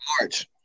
March